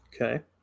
Okay